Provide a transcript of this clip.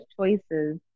choices